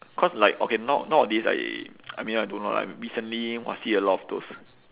cause like okay now nowadays I I mean I don't know lah recently !wah! see a lot of those